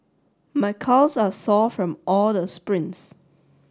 my calves are sore from all the sprints